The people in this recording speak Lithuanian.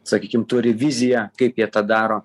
sakykim turi viziją kaip jie tą daro